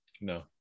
no